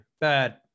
Bad